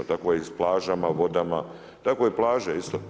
Tako je i s plažama, vodama, tako i plaže isto.